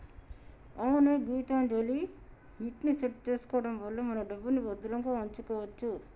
అవునే గీతాంజలిమిట్ ని సెట్ చేసుకోవడం వల్ల మన డబ్బుని భద్రంగా ఉంచుకోవచ్చు